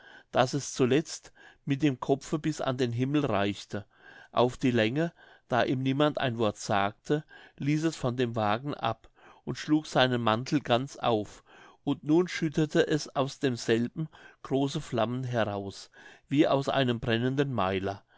daß es zuletzt mit dem kopfe bis an den himmel reichte auf die länge da ihm niemand ein wort sagte ließ es von dem wagen ab und schlug seinen mantel ganz auf und nun schüttete es aus demselben große flammen heraus wie aus einem brennenden meiler